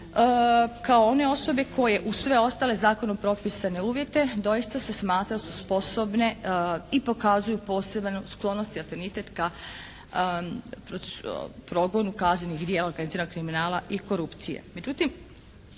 kao one osobe koje uz sve ostale zakonom propisane uvjete doista se smatra da su sposobne i pokazuju posebne sklonost i afinitet progonu kaznenih djela organiziranog kriminala i korupcije.